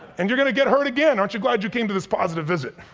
and you're gonna get hurt again, aren't you glad you came to this positive visit?